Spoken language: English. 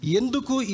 Yenduku